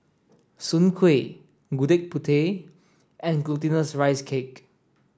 Soon Kuih Gudeg Putih and glutinous rice cake